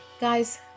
Guys